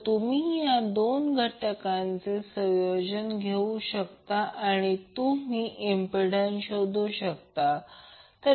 तर तुम्ही या दोन घटकांचे संयोजन घेऊ शकता आणि तुम्ही इम्पिडंस शोधू शकता